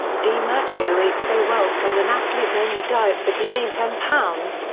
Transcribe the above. dimaggio ate so well from an athlete-only diet that he gained ten pounds,